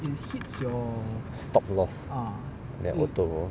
stop loss then auto lor